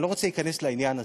אני לא רוצה להיכנס לעניין הזה,